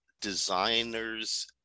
designer's